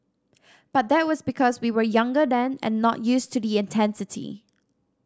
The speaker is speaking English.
but that was because we were younger then and not used to the intensity